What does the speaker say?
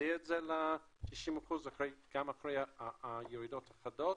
להחזיר את זה ל-60% גם אחרי הירידות החדות.